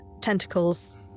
tentacles